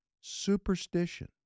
Superstition